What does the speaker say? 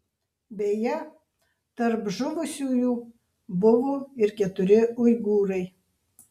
beje tarp žuvusiųjų buvo ir keturi uigūrai